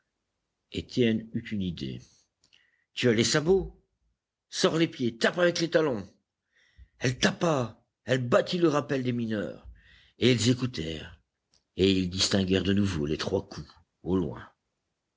étienne eut une idée tu as les sabots sors les pieds tape avec les talons elle tapa elle battit le rappel des mineurs et ils écoutèrent et ils distinguèrent de nouveau les trois coups au loin